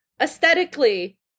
aesthetically